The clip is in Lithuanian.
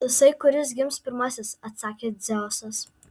tasai kuris gims pirmasis atsakė dzeusas